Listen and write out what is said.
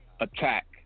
attack